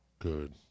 Good